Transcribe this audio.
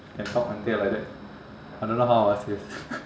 can talk until like that I don't know how ah seriously